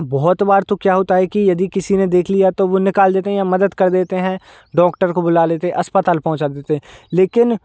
बहुत बार तो क्या होता है कि यदि किसी ने देख लिया तो वो निकाल देते हैं या मदद कर देते हैं डॉक्टर को बुला लेते अस्पताल पहुँचा देते लेकिन